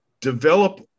develop